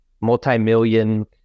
multi-million